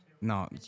No